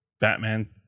Batman